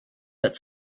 that